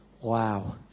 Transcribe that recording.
wow